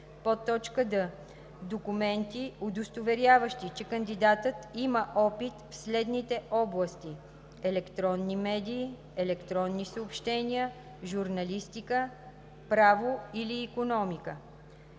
д) документи, удостоверяващи, че кандидатът има опит в следните области: електронни медии, електронни съобщения, журналистика, право или икономика;